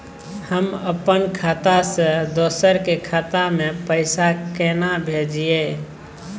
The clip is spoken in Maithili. हम अपन खाता से दोसर के खाता में पैसा केना भेजिए?